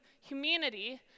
humanity